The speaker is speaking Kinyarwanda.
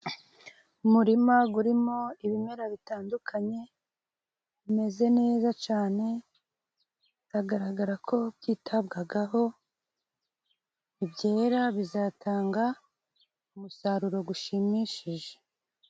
Umurima gwurimo ibimera bitandukanye bimeze neza cyane, biragaragara ko byitabwagaho, nibyera bizatanga umusaruro gwushimishije.